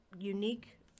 unique